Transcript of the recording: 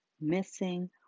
missing